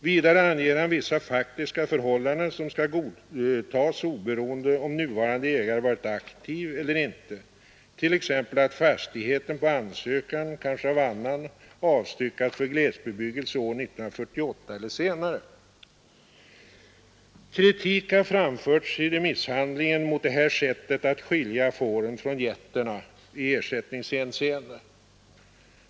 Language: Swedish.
Vidare anger han vissa faktiska förhållanden som skall godtas oberoende av om nuvarande ägare varit aktiv eller inte — t.ex. att fastigheten, kanske på ansökan av annan, avstyckats för glesbebyggelse år 1948 eller senare. Kritik har framförts i remissbehandlingen mot det här sättet att skilja fåret från getterna i ersättningshänseende.